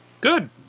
Good